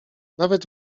nawet